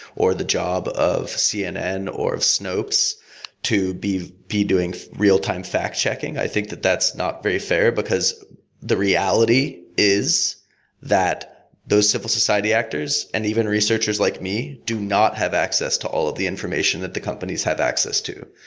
or the job of cnn, or of snopes to be be doing real time fact checking. i think that that's not very fair, because the reality is that those simple society actors and even researchers like me do not have access to all of the information that the companies have access to.